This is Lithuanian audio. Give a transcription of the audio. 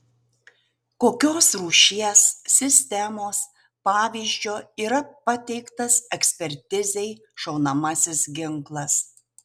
kokios rūšies sistemos pavyzdžio yra pateiktas ekspertizei šaunamasis ginklas